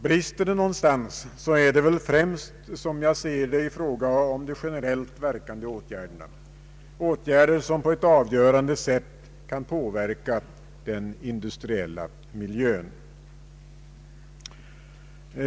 Brister det någonstans är det väl främst, som jag ser det, i fråga om de generellt verkande åtgärderna, åtgärder som på ett avgörande sätt kan påverka den industriella miljön.